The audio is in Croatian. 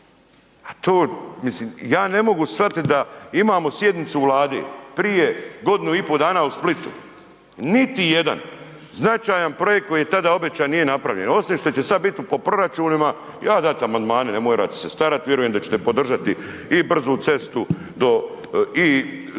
A to mislim ja ne mogu shvatiti da imamo sjednicu Vlade prije godinu i pol dana u Splitu, niti jedan značajan projekt koji je tada obećan nije napravljen osim što će sada biti po proračunima, ja ću dati amandmane, ne morate se .../Govornik se ne razumije./..., vjerujem da ćete podržati i brzu cestu do i